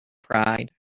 pride